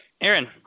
Aaron